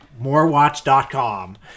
morewatch.com